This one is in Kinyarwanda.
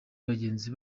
bagenzi